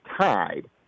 tied